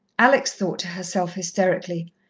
alex thought to herself hysterically,